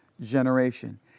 generation